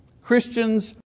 Christians